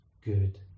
good